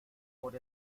por